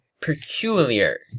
peculiar